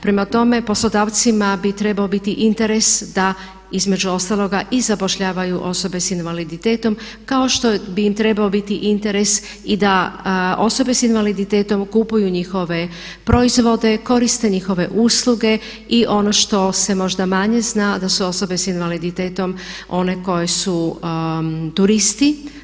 Prema tome, poslodavcima bi trebao biti interes da između ostaloga i zapošljavaju osobe s invaliditetom kao što bi im trebao biti interes i da osobe s invaliditetom kupuju njihove proizvode, koriste njihove usluge i ono što se možda manje zna da su osobe s invaliditetom one koje su turisti.